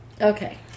Okay